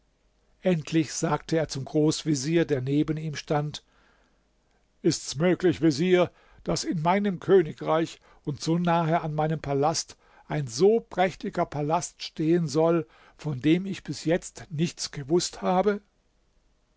endlich sagte er zum großvezier der neben ihm stand ist's möglich vezier daß in meinem königreich und so nahe an meinem palast ein so prächtiger palast stehen soll von dem ich bis jetzt nichts gewußt habe